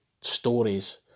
stories